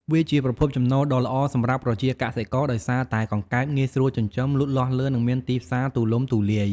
វាជាប្រភពចំណូលដ៏ល្អសម្រាប់ប្រជាកសិករ ដោយសារតែកង្កែបងាយស្រួលចិញ្ចឹម លូតលាស់លឿន និងមានទីផ្សារទូលំទូលាយ។